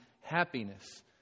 happiness